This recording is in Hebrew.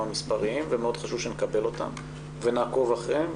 ומאוד חשוב שנקבל אותם ונעקוב אחריהם,